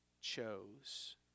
chose